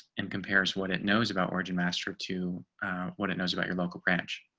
and compares what it knows about origin master to what it knows about your local branch.